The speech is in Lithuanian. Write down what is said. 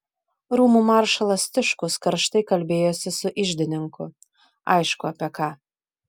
rūmų maršalas tiškus karštai kalbėjosi su iždininku aišku apie ką